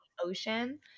ocean